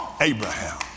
Abraham